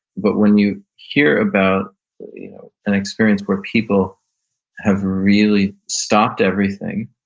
but when you hear about you know an experience where people have really stopped everything,